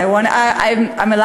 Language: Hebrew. I want, מה זה?